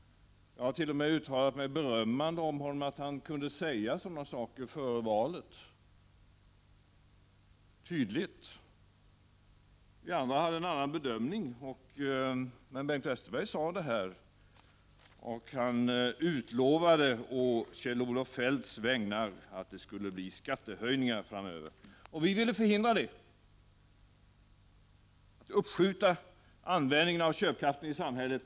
Jag har t.o.m. uttalat mig berömmande om att han kunde säga sådana saker tydligt före valet. Vi andra hade en annan bedömning, men Bengt Westerberg sade detta, och han utlovade å Kjell Olof Feldts vägnar att det skulle bli skattehöjningar framöver. Vi i centern ville skjuta upp användningen av köpkraften i samhället.